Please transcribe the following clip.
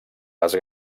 les